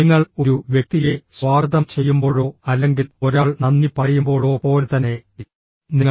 നിങ്ങൾ ഒരു വ്യക്തിയെ സ്വാഗതം ചെയ്യുമ്പോഴോ അല്ലെങ്കിൽ ഒരാൾ നന്ദി പറയുമ്പോഴോ പോലെ തന്നെ നിങ്ങൾ